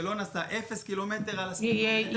שלא נסע והוא עם אפס קילומטר על הספידומטר,